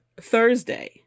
Thursday